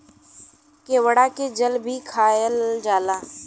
केवड़ा के जल भी खायल जाला